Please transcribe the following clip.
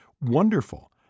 Wonderful